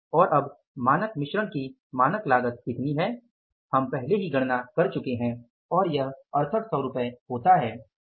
और अब मानक मिश्रण की मानक लागत कितनी है हम पहले ही गणना कर चुके हैं और यह 6800 रुपये होता है